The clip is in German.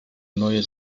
neue